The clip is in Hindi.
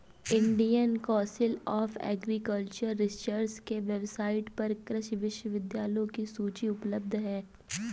Indian council of agricultural research के वेबसाइट पर कृषि विश्वविद्यालयों की सूची उपलब्ध है